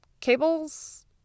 cables